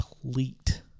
complete